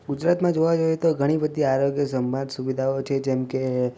ગુજરાતમાં જોવા જઈએ તો ઘણી બધી આરોગ્ય સંભાળ સુવિધાઓ છે જેમકે